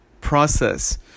process